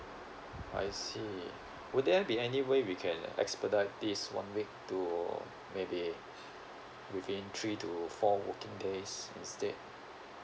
I see will there be any way we can expedite this one week to maybe within three to four working days instead